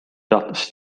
teatas